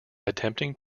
attempting